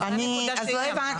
לא, זה הנקודה שהיא אמרה.